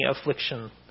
affliction